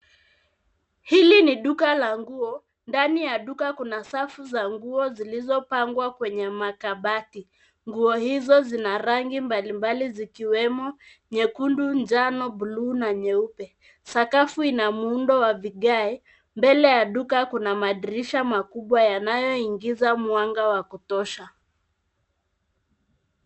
Hili ni duka la nguo, ndani ya duka kuna safu za nguo zilizopangwa kwenye makabati. Nguo hizo zina rangi mbali mbali zikiwemo nyekundu, njano, bluu na nyeupe. Sakafu ina muundo wa vigae. Mbele ya duka kuna madirisha makubwa yanayoingiza mwanga wa kutosha.